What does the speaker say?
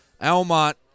Almont